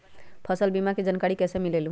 उपलब्ध बीमा के जानकारी कैसे मिलेलु?